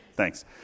Thanks